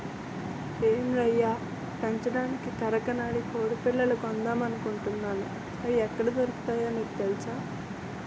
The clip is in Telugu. ఏం రయ్యా పెంచడానికి కరకనాడి కొడిపిల్లలు కొందామనుకుంటున్నాను, అయి ఎక్కడ దొరుకుతాయో నీకు తెలుసా?